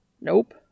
Nope